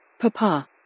Papa